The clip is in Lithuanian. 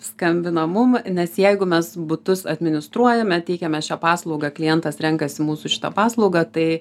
skambina mum nes jeigu mes butus administruojame teikiame šią paslaugą klientas renkasi mūsų šitą paslaugą tai